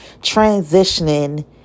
transitioning